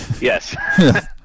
Yes